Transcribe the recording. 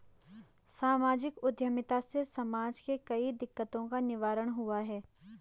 सामाजिक उद्यमिता से समाज के कई दिकक्तों का निवारण हुआ है